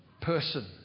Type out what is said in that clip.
person